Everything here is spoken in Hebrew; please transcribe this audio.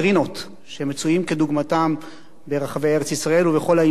שמצויים דוגמתם ברחבי ארץ-ישראל ובכל האימפריה הרומית.